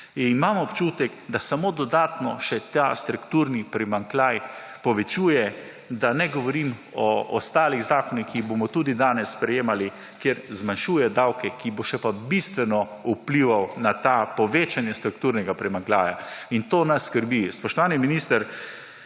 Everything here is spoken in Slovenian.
10, imam občutek, da samo dodatno še ta strukturni primanjkljaj povečuje, da ne govorim o ostalih zakonih, ki jih bomo tudi danes sprejemali, kjer zmanjšuje davke, ki bo pa še bistveno vplival na to povečanje strukturnega primanjkljaja in to nas skrbi. Spoštovani minister,